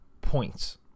points